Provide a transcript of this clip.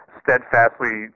steadfastly